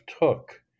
took